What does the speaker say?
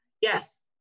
yes